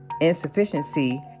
insufficiency